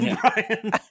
Brian